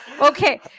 Okay